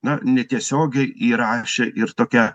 na netiesiogiai įrašę ir tokią